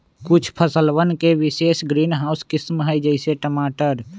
कुछ फसलवन के विशेष ग्रीनहाउस किस्म हई, जैसे टमाटर